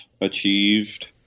achieved